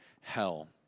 hell